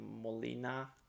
Molina